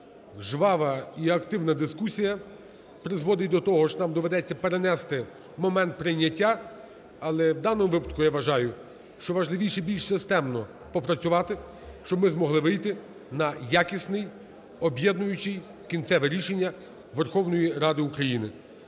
жвава і активна дискусія призводить до того, що нам доведеться перенести момент прийняття. Але в даному випадку я вважаю, що важливіше більш системно попрацювати, щоб ми змогли вийти на якісне об'єднуюче кінцеве рішення Верховної Ради України.